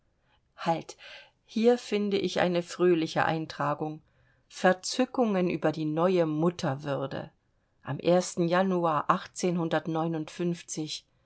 halt hier finde ich eine fröhliche eintragung verzückungen über die neue mutterwürde am ersten januar